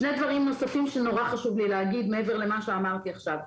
ויש שני דברים נוספים שנורא חשוב לי להגיד מעבר למה שאמרתי עכשיו.